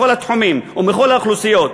מכל התחומים ומכל האוכלוסיות,